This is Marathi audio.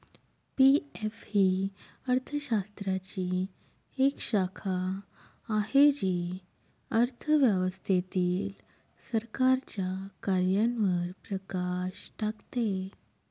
पी.एफ ही अर्थशास्त्राची एक शाखा आहे जी अर्थव्यवस्थेतील सरकारच्या कार्यांवर प्रकाश टाकते